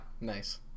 nice